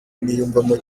niyumvamo